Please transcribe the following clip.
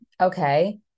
okay